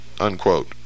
Unquote